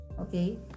okay